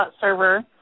server